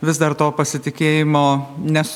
vis dar to pasitikėjimo nes